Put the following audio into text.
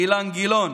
אילן גילאון,